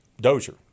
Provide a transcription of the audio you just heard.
Dozier